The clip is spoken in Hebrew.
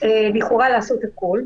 לכאורה לעשות הכול,